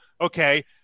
Okay